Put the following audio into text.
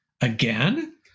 again